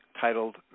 titled